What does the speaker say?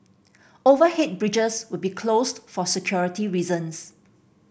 overhead bridges will be closed for security reasons